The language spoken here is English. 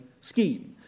scheme